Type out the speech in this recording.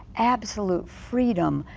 absolute freedom.